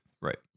Right